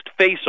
faceoff